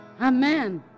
Amen